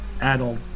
adult